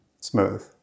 smooth